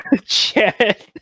Chad